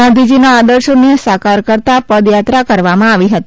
ગાંધીજીના આદર્શોને સાકાર કરતા પદયાત્રા કરવામાં આવી હતી